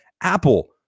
Apple